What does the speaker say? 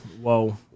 Whoa